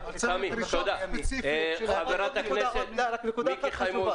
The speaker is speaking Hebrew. נקודה אחת חשובה.